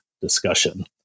discussion